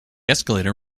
escalator